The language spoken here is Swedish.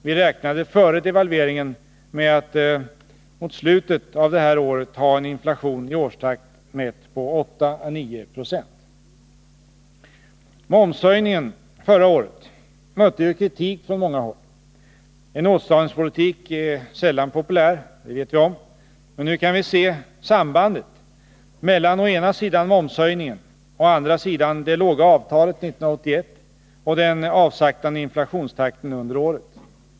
Vi räknade före devalveringen med att mot slutet av det här året ha en inflation i årstakt mätt på 8-9 96. Momshöjningen förra året mötte kritik från många håll. En åtstramningspolitik är sällan populär. Men nu kan vi se sambandet mellan å ena sidan momshöjningen och å andra sidan det låga avtalet 1981 och den avsaktande inflationstakten under året.